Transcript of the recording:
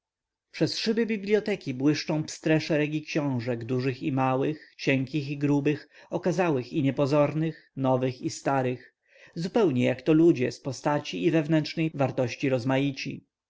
przez szyby biblioteki błyszczą pstre szeregi książek dużych i małych cienkich i grubych okazałych i niepozornych nowych i starych zupełnie to jak ludzie z postaci i wewnętrznej wartości rozmaici